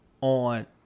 on